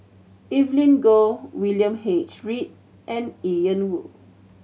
Evelyn Goh William H Read and Ian Woo